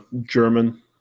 German